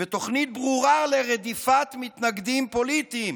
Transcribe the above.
ותוכנית ברורה לרדיפת מתנגדים פוליטיים,